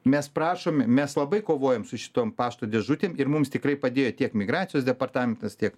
mes prašom mes labai kovojam su šitom pašto dėžutėm ir mums tikrai padėjo tiek migracijos departamentas tiek